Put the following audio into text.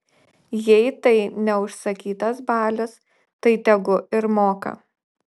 jei tai ne užsakytas balius tai tegu ir moka